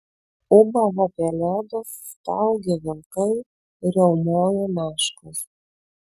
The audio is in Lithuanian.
ūbavo pelėdos staugė vilkai riaumojo meškos